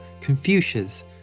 Confucius